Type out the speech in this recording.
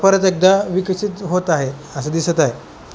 परत एकदा विकसित होत आहे असं दिसत आहे